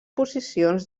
posicions